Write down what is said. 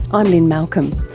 i'm lynne malcolm,